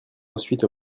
ensuite